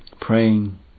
praying